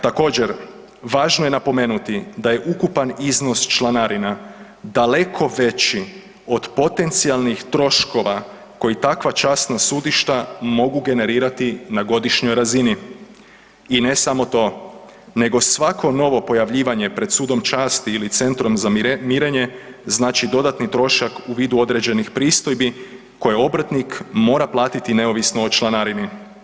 Također važno je napomenuti da je ukupan iznos članarina daleko veći od potencijalnih troškova koji takva časna sudišta mogu generirati na godišnjoj razini i ne samo to nego svako novo pojavljivanje pred Sudom časti ili Centrom za mirenje znači dodatni trošak u vidu određenih pristojbi koje obrtnik mora platiti neovisno o članarini.